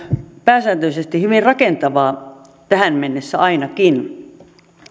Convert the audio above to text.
pääsääntöisesti hyvin rakentavaa tähän mennessä ainakin